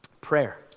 Prayer